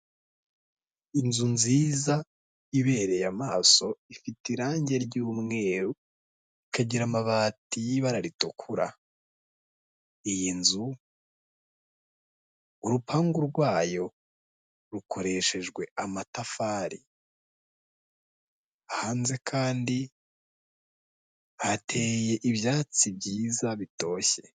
Inzu nziza ibereye amaso ifite irangi ry'umweru ikagira amabati y'ibara ritukura iyi nzu urupangu rwayo rukoreshejwe amatafari hanze kandi hateye ibyatsi byiza bitoshye.